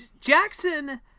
Jackson